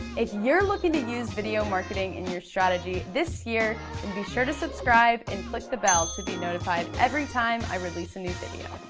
if you're looking to use video marketing in your strategy this year, then and be sure to subscribe and click the bell to be notified every time i release a new video.